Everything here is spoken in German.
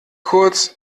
kurz